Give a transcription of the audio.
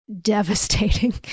devastating